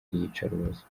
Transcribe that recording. iyicarubozo